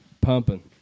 Pumping